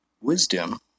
wisdom